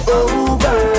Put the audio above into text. over